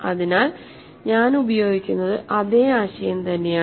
അതിനാൽ ഞാൻ ഉപയോഗിക്കുന്നത് അതേ ആശയം തന്നെയാണ്